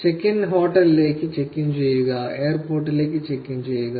check in ഹോട്ടലിലേക്ക് check in ചെയ്യുക എയർപോർട്ടിലേക്ക് ചെക്ക് ഇൻ ചെയ്യുക